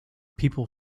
people